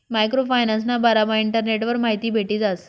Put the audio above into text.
micro फायनान्सना बारामा इंटरनेटवर माहिती भेटी जास